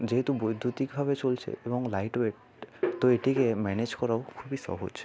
যেহেতু বৈদ্যুতিকভাবে চলছে এবং লাইট ওয়েট তো এটিকে ম্যানেজ করাও খুবই সহজ